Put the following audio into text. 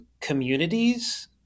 communities